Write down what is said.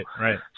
Right